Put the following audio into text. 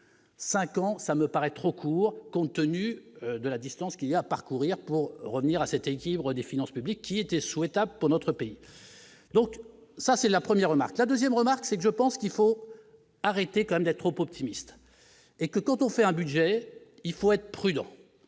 5 ans ça me paraît trop court, compte tenu de la distance qu'il y à parcourir pour revenir à cet équilibre des finances publiques qui était souhaitable pour notre pays, donc ça c'est la première remarque la 2ème remarque, c'est que je pense qu'il faut arrêter quand même d'être trop optimiste et que quand on fait un budget, il faut être prudent